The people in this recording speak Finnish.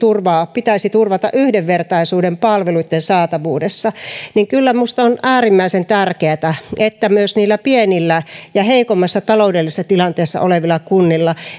pitäisi turvata yhdenvertaisuus palveluitten saatavuudessa niin kyllä minusta on äärimmäisen tärkeätä että myös niillä pienillä ja heikommassa taloudellisessa tilanteessa olevilla kunnilla